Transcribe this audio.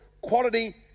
quality